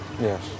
Yes